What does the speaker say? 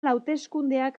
hauteskundeak